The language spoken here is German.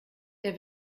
der